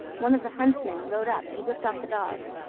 one of the huntsmen rode up and whipped off the dogs,